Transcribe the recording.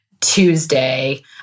Tuesday